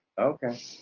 Okay